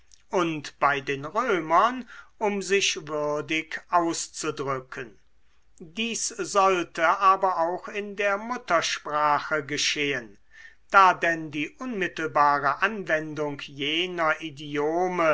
und bei den römern um sich würdig auszudrücken dies sollte aber auch in der muttersprache geschehen da denn die unmittelbare anwendung jener idiome